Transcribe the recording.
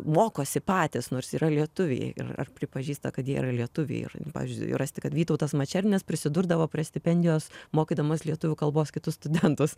mokosi patys nors yra lietuviai ir ar pripažįsta kad jie lietuviai ir pavyzdžiui rasti kad vytautas mačernis prisidurdavo prie stipendijos mokydamas lietuvių kalbos kitus studentus